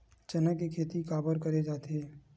चना के खेती काबर करे जाथे?